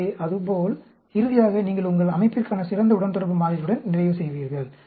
எனவே அது போல இறுதியாக நீங்கள் உங்கள் அமைப்பிற்கான சிறந்த உடன்தொடர்பு மாதிரியுடன் நிறைவு செய்வீர்கள்